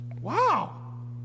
Wow